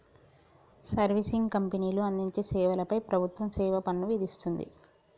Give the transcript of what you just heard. servicing కంపెనీలు అందించే సేవల పై ప్రభుత్వం సేవాపన్ను విధిస్తుంది